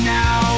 now